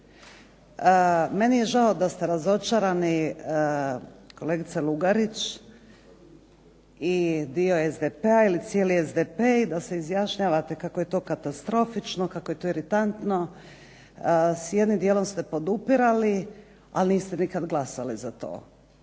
Meni je žao da ste razočarani kolegice Lugarić i dio SDP-a ili cijeli SDP i da se izjašnjavate kako je to katastrofično, kako je to iritantno. S jednim dijelom ste podupirali, ali niste nikad glasali za to.